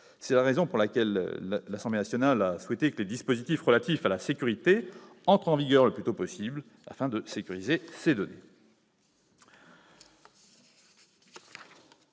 C'est la raison pour laquelle l'Assemblée nationale a souhaité que les dispositifs relatifs à la sécurité entrent en vigueur le plus tôt possible, afin de sécuriser ces données.